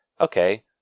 Okay